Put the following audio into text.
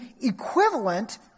equivalent